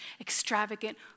extravagant